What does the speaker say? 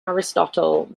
aristotle